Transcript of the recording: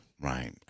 Right